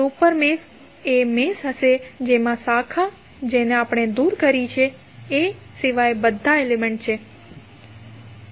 super mesh એ mesh હશે જેમાં શાખા જેને આપણે દૂર કરી છે એ સિવાય બધા એલિમેંટ હોય છે